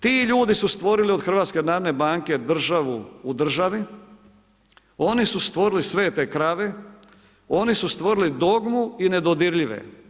Ti ljudi su stvorili od HNB državu u državi, oni su stvorili svete krave, oni su stvorili dogmu i nedodirljive.